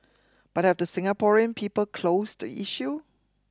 but have the Singaporean people closed the issue